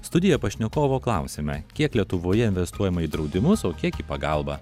studijoj pašnekovo klausiame kiek lietuvoje investuojama į draudimus o kiek į pagalbą